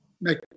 make